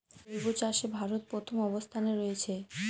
জৈব চাষে ভারত প্রথম অবস্থানে রয়েছে